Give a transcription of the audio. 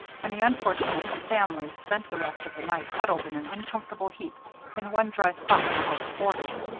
and the unfortunate family spent the rest of the night huddled in an uncomfortable heap in the one dry spot the house afforded.